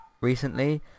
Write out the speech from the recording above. recently